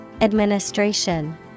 Administration